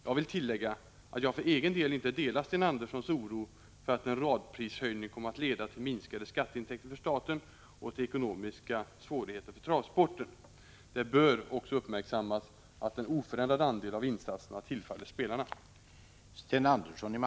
Jag vill tillägga att jag för egen del inte delar Sten Anderssons oro för att en radprishöjning kommer att leda till minskade skatteintäkter för staten och till ekonomiska svårigheter för travsporten. Det bör också uppmärksammas att en oförändrad andel av insatserna tillfaller spelarna.